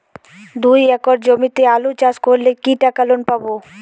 দুই একর জমিতে আলু চাষ করলে কি টাকা লোন পাবো?